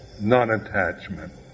non-attachment